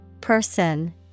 Person